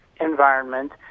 environment